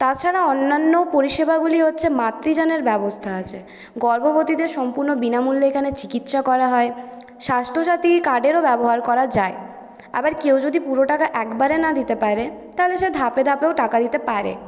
তাছাড়া অন্যান্য পরিষেবাগুলি হচ্ছে মাতৃযানের ব্যবস্থা আছে গর্ভবতীদের সম্পূর্ণ বিনামূল্যে এখানে চিকিৎসা করা হয় স্বাস্থ্যসাথী কার্ডেরও ব্যবহার করা যায় আবার কেউ যদি পুরো টাকা একবারে না দিতে পারে তাহলে সে ধাপে ধাপেও টাকা দিতে পারে